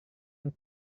yang